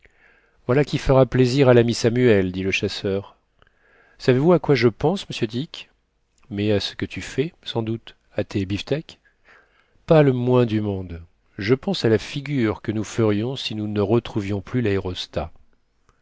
voilà qui fera plaisir à l'ami samuel dit le chasseur savez-vous à quoi je pense monsieur dick mais à ce que tu fais sans doute à tes beefsteaks pas le moins du monde je pense à la figure que nous ferions si nous ne retrouvions plus l'aérostat